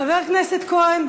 חבר הכנסת כהן,